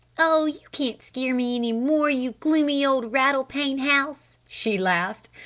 oh you can't scare me any more, you gloomy old rattle-pane house! she laughed.